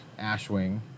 ashwing